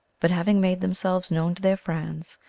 but having made themselves known to their friends,